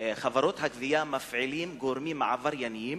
חברות הגבייה מפעילות גורמים עברייניים